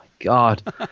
God